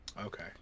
Okay